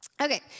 Okay